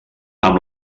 amb